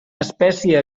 espècia